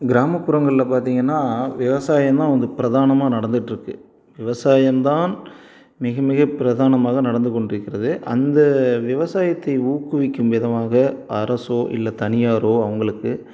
கிராமப்புறங்களில் பார்த்திங்கன்னா விவசாயம் தான் வந்து பிரதானமா நடந்துட்டுருக்கு விவசாயம் தான் மிகமிக பிரதானமாக நடந்து கொண்டிருக்கிறது அந்த விவசாயத்தை ஊக்குவிக்கும் விதமாக அரசோ இல்லை தனியாரோ அவங்களுக்கு